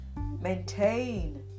maintain